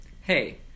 Hey